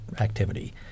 activity